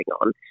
on